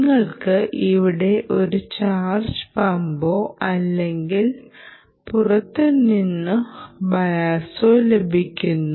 നിങ്ങൾക്ക് ഇവിടെ ഒരു ചാർജ് പമ്പോ അല്ലെങ്കിൽ പുറത്തുനിന്നുള്ള Vbias ലഭിക്കുന്നു